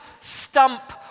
stump